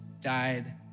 died